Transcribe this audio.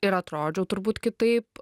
ir atrodžiau turbūt kitaip